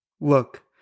Look